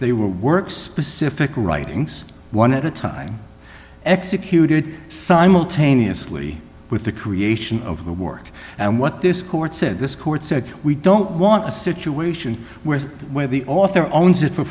they were works pacific writings one at a time executed simultaneously with the creation of the work and what this court said this court said we don't want a situation where where the author owns it for